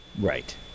Right